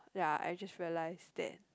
ya I just realise that